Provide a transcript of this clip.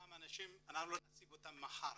אנחנו לא נשיג את האנשים האלה מחר